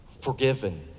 forgiven